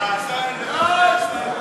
הצעת ועדת החוקה,